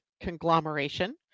conglomeration